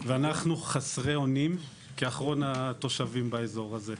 ואנחנו חסרי אונים כאחרון התושבים באזור הזה.